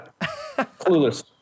clueless